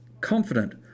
confident